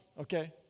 okay